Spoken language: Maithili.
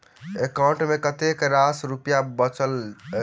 एकाउंट मे कतेक रास रुपया बचल एई